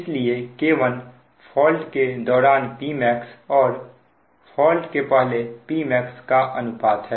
इसलिए K1 fault के दौरान Pmax और फॉल्ट के पहले Pmax का अनुपात है